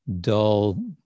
dull